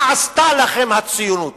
מה עשתה לכם הציונות.